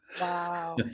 Wow